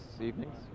evenings